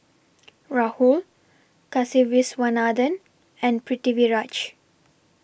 Rahul Kasiviswanathan and Pritiviraj